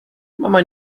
mama